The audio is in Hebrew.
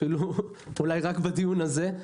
אפילו אולי רק בדיון הזה.